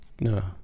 No